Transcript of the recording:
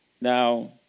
Now